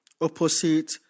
opposite